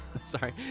sorry